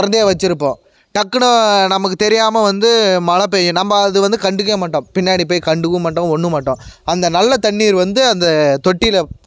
திறந்தே வச்சுருப்போம் டக்குனு நமக்கு தெரியாமல் வந்து மழை பெய்யும் நம்ம அதை வந்து கண்டுக்க மாட்டோம் பின்னாடி போய் கண்டுக்கவும் மாட்டோம் ஒன்றும் மாட்டோம் அந்த நல்ல தண்ணீர் வந்து அந்த தொட்டியில்